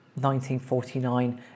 1949